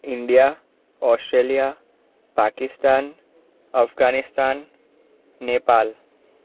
India Australia Pakistan Afghanistan Nepal